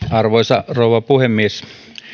arvoisa rouva puhemies